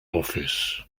office